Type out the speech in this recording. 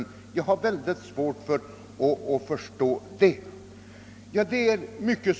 För min del har jag mycket svårt att förstå att det skulle vara möjligt.